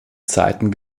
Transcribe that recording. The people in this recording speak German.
zeiten